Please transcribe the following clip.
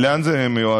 לאן זה מיועד,